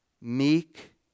meek